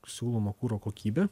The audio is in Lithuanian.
siūlomo kuro kokybė